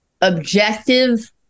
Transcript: objective